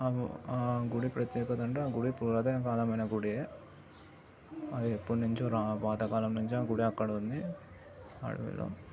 ఆ గుడి ప్రత్యేకత అంటే ఆ గుడి పురాతకమైన కాలమైన గుడి అది ఎప్పుడునుంచో రా పాతకాలం నుంచి ఆ గుడి అక్కడ ఉంది అడవిలో